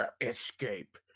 escape